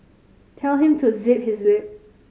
tell him to zip his lip